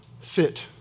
fit